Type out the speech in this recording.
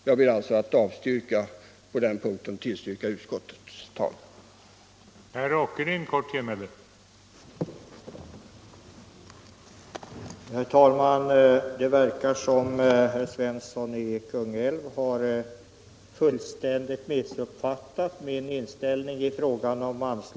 Jag ber alltså att få avstyrka det förslaget och tillstyrka utskottets hemställan.